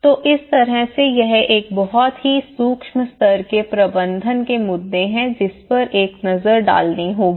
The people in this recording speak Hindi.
तो इस तरह से ये एक बहुत ही सूक्ष्म स्तर के प्रबंधन के मुद्दे हैं जिस पर एक नजर डालनी होगी